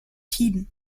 tiden